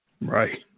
Right